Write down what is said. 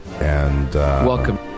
Welcome